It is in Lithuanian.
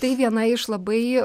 tai viena iš labai